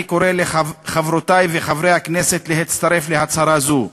אני קורא לחברות ולחברי הכנסת להצטרף להצהרה זו.